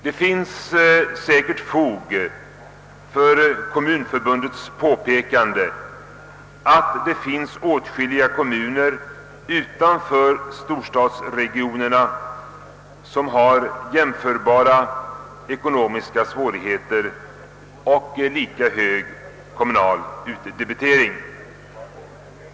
Det finns säkerligen fog för Svenska kommunförbundets påpekande, att åtskilliga kommuner utanför storstadsregionerna har jämförbara ekonomiska svårigheter och lika hög kommunal utdebitering.